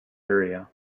area